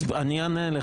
אני אענה לך.